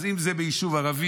אז אם זה ביישוב ערבי,